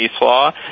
law